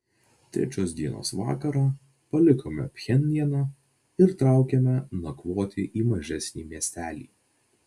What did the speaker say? trečios dienos vakarą palikome pchenjaną ir traukėme nakvoti į mažesnį miestelį